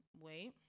Wait